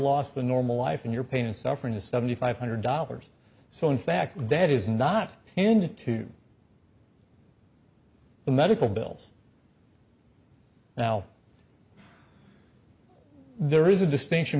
loss the normal life in your pain and suffering to seventy five hundred dollars so in fact that is not an end to the medical bills now there is a distinction